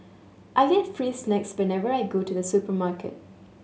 I get free snacks whenever I go to the supermarket